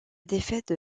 défaite